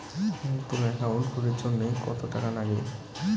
নতুন একাউন্ট খুলির জন্যে কত টাকা নাগে?